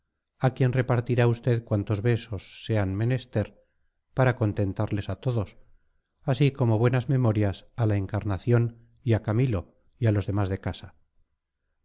a quien repartirá usted cuantos besos sean menester para contentarles a todos así como buenas memorias a la encarnación y a camilo y a los demás de casa